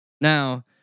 Now